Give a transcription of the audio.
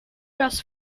dust